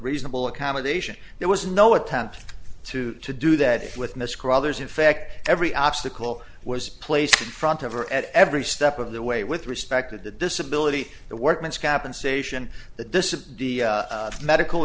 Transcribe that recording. reasonable accommodation there was no attempt to to do that with miss crothers in fact every obstacle was placed in front of her at every step of the way with respect to the disability the workman's compensation that this is the medical